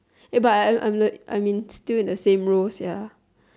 but I I'm like I'm in still in the same role ya